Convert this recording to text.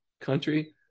country